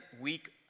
week